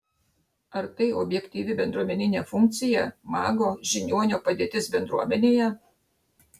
ar tai objektyvi bendruomeninė funkcija mago žiniuonio padėtis bendruomenėje